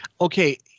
Okay